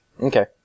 Okay